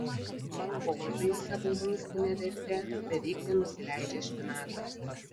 mangoldai savo maistine verte beveik nenusileidžia špinatams